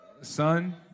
Son